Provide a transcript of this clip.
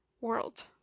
world